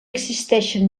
existeixen